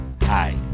Hi